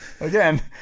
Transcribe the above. Again